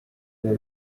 lejn